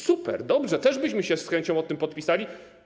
Super, dobrze, też byśmy się z chęcią pod tym podpisali.